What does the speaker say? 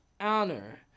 honor